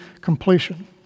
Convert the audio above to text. completion